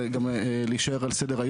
חלופה דיברת עליה